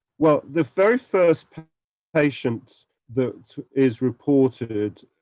well, the very first patient that is reported